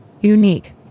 Unique